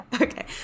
Okay